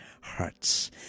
hearts